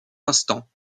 instant